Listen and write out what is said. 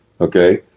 Okay